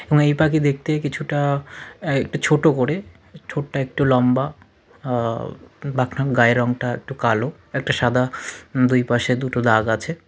এবং এই পাখি দেখতে কিছুটা একটু ছোট করে ঠোঁটটা একটু লম্বা পাখনা গায়ের রঙটা একটু কালো একটা সাদা দুই পাশে দুটো দাগ আছে